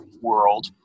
world